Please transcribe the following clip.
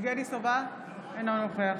אינו נוכח